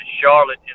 Charlotte